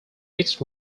mixed